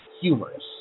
humorous